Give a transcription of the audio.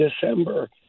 December